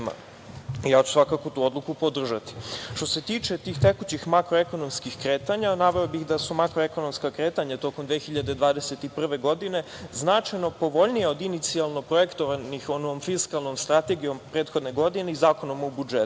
sistema. Svakako ću tu odluku podržati. Što se tiče tih tekućih makroekonomskih kretanja, naveo bih da su makroekonomska kretanja tokom 2021. godine značajno povoljnija do inicijalno projektovanih onom fiskalnom strategijom prethodne godine i Zakonom o budžetu,